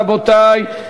רבותי,